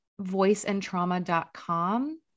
voiceandtrauma.com